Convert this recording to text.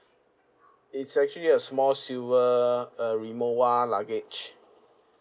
it's actually a small silver uh rimowa luggage